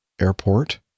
airport